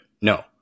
no